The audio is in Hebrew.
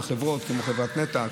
חברות כמו חברת נת"ע,